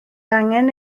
angen